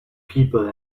people